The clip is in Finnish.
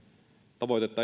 tavoitetta